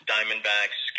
Diamondbacks